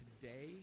today